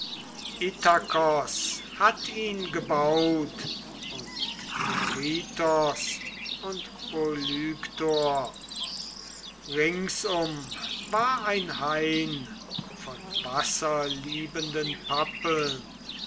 hatt ihn gebaut und neritos und polyktor ringsum war ein hain von wasserliebenden pappeln